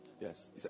yes